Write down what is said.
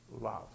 love